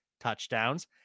touchdowns